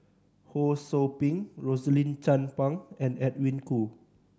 Ho Sou Ping Rosaline Chan Pang and Edwin Koo